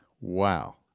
wow